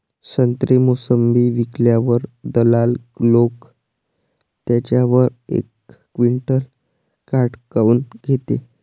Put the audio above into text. संत्रे, मोसंबी विकल्यावर दलाल लोकं त्याच्यावर एक क्विंटल काट काऊन घेते?